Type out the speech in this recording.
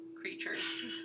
creatures